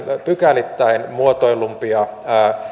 pykälittäin muotoillumpia